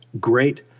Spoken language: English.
Great